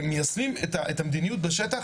כמיישמים את המדיניות בשטח,